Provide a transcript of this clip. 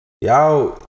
Y'all